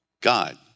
God